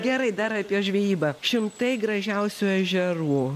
gerai dar apie žvejybą šimtai gražiausių ežerų